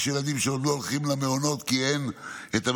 יש ילדים שעוד לא הולכים למעונות כי אין מטפלות.